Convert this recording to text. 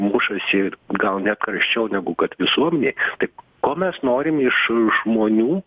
mušasi ir gal ne karščiau negu kad visur jei tik ko mes norim iš žmonių